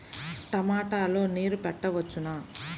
టమాట లో నీరు పెట్టవచ్చునా?